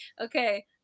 Okay